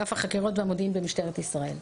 אגף החקירות והמודיעין במשטרת ישראל.